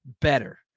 better